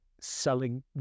selling